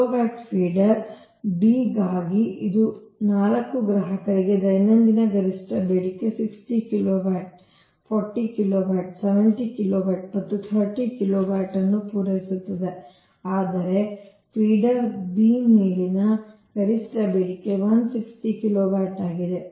kilowatt feeder B ಗಾಗಿ ಇದು 4 ಗ್ರಾಹಕರಿಗೆ ದೈನಂದಿನ ಗರಿಷ್ಠ ಬೇಡಿಕೆ 60 ಕಿಲೋವ್ಯಾಟ್ 40 ಕಿಲೋವ್ಯಾಟ್ 70 ಕಿಲೋವ್ಯಾಟ್ ಮತ್ತು 30 ಕಿಲೋವ್ಯಾಟ್ ಅನ್ನು ಪೂರೈಸುತ್ತದೆ ಆದರೆ ಫೀಡರ್ B ಮೇಲಿನ ಗರಿಷ್ಠ ಬೇಡಿಕೆ 160 ಕಿಲೋವ್ಯಾಟ್ ಆಗಿದೆ